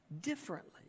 differently